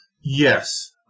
Yes